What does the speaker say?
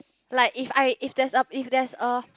like if I if that's a if that's a